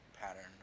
pattern